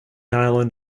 island